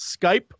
Skype